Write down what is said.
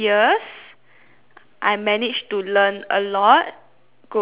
I manage to learn a lot go through